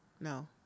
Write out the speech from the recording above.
No